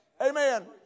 Amen